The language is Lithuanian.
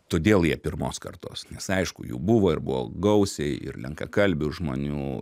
todėl jie pirmos kartos nes aišku jų buvo ir buvo gausiai ir lenkakalbių žmonių